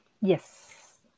Yes